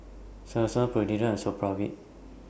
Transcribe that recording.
Selsun Polident and Supravit